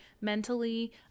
mentally